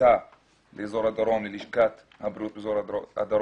הוקצו לאזור הדרום, ללשכת הבריאות באזור הדרום,